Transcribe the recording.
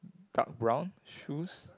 dark brown shoes